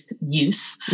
use